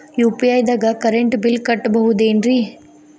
UPI ದಾಗ current bill ಕಟ್ಟಬಹುದೇನ್ರಿ?